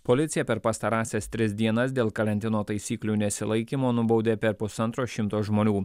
policija per pastarąsias tris dienas dėl karantino taisyklių nesilaikymo nubaudė per pusantro šimto žmonių